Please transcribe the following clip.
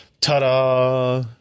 ta-da